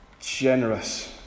generous